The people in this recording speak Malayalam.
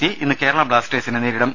സി ഇന്ന് കേരളാ ബ്ലാസ്റ്റേഴ്സിനെ നേരിടും